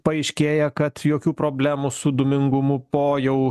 paaiškėja kad jokių problemų su dūmingumu po jau